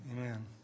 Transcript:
amen